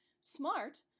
smart